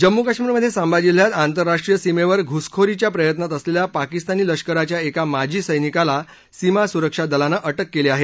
जम्मू कश्मीरमध्ये सांबा जिल्ह्यात आंतरराष्ट्रीय सीमेवर घुसखोरीच्या प्रयत्नात असलेल्या पाकिस्तानी लष्कराच्या एका माजी सैनिकाला सीमा सुरक्षा दलानं अटक केली आहे